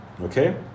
okay